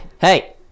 hey